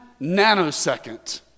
nanosecond